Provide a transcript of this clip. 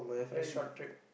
a short trip